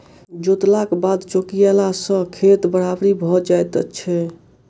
जोतलाक बाद चौकियेला सॅ खेत बराबरि भ जाइत छै